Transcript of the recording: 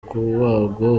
kubagwa